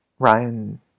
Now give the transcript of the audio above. Ryan